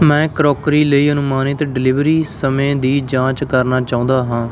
ਮੈਂ ਕਰੌਕਰੀ ਲਈ ਅਨੁਮਾਨਿਤ ਡਿਲੀਵਰੀ ਸਮੇਂ ਦੀ ਜਾਂਚ ਕਰਨਾ ਚਾਹੁੰਦਾ ਹਾਂ